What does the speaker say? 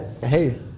Hey